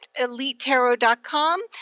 EliteTarot.com